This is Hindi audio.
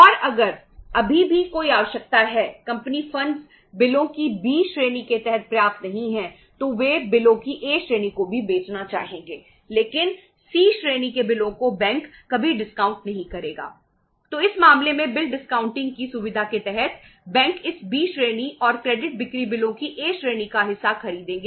और अगर अभी भी कोई आवश्यकता है कंपनी फंडस श्रेणी का हिस्सा खरीदेगा